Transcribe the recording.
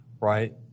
right